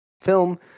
film